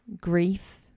grief